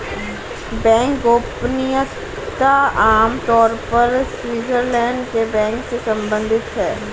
bank गोपनीयता आम तौर पर स्विटज़रलैंड के बैंक से सम्बंधित है